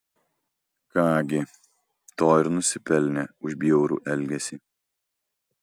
ką gi to ir nusipelnė už bjaurų elgesį